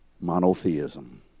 monotheism